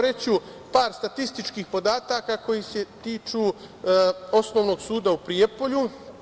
Reći ću par statističkih podataka koji se tiču Osnovnog suda u Prijepolju.